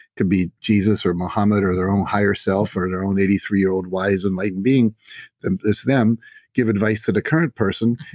could be jesus or mohammed or their own higher self or their own eighty three year old wise enlightened being that's them give advice to the current person.